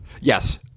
Yes